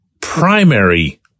primary